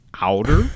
Outer